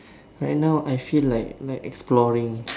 right now I feel like like exploring